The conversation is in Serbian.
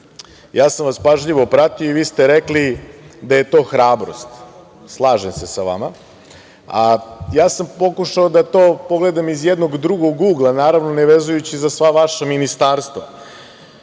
Ja sam vas pažljivo pratio i vi ste rekli da je to hrabrost. Slažem se sa vama, a ja sam pokušao da to pogledam iz jednog drugog ugla, naravno, ne vezujući za sva vaša ministarstva. Suprotno